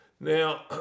Now